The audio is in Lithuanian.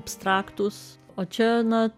abstraktūs o čia na